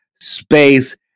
space